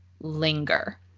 linger